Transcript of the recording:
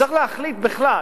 צריך להחליט בכלל,